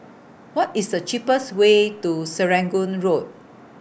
What IS The cheaper Way to Serangoon Road